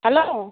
hello